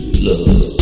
love